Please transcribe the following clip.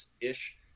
ish